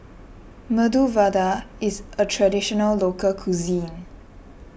Medu Vada is a Traditional Local Cuisine